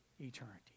eternity